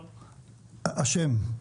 סליחה,